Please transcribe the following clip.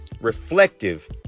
reflective